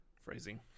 Phrasing